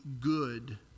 good